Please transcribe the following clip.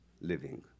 living